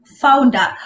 founder